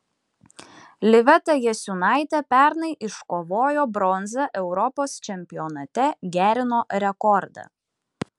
liveta jasiūnaitė pernai iškovojo bronzą europos čempionate gerino rekordą